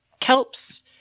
kelps